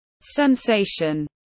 sensation